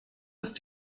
ist